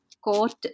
court